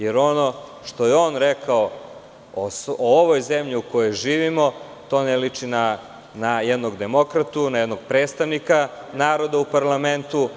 Jer, ono što je on rekao o ovoj zemlji u kojoj živimo, to ne liči na jednog demokratu, na jednog predstavnika naroda u parlamentu.